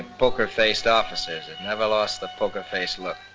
poker faced officers that never lost the poker face look.